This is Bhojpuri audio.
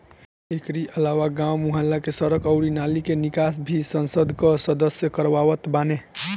एकरी अलावा गांव, मुहल्ला के सड़क अउरी नाली के निकास भी संसद कअ सदस्य करवावत बाने